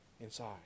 inside